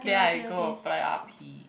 then I go apply R_P